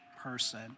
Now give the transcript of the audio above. person